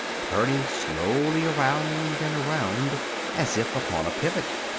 turning slowly around and around as if upon a pivot.